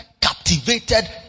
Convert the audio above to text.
captivated